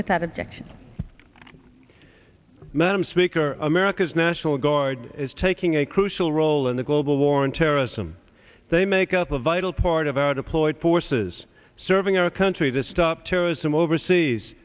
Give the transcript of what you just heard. connection madam speaker america's national guard is taking a crucial role in the global war on terrorism they make up a vital part of our deployed forces serving our country to stop terrorism overseas